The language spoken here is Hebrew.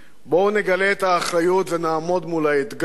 בואו נגלה את האחריות ונעמוד מול האתגר